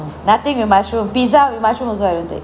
nothing with mushroom pizza with mushroom also I don't take